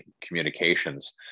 communications